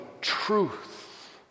truth